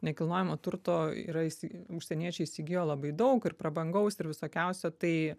nekilnojamo turto yra įsi užsieniečiai įsigijo labai daug ir prabangaus ir visokiausio tai